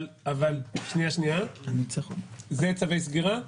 זה צווי סגירה?